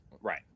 Right